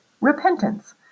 Repentance